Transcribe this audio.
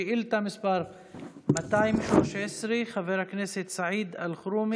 שאילתה מס' 213, חבר הכנסת סעיד אלחרומי.